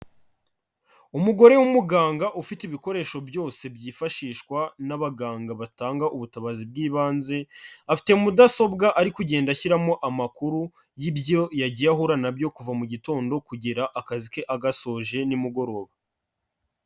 Umugore w'umuganga ufite ibikoresho byose byifashishwa n'abaganga batanga ubutabazi bw'ibanze, afite mudasobwa ari kugenda ashyiramo amakuru y'ibyo yagiye ahura nabyo kuva mu gitondo kugera akazi ke agasoje nimugoroba.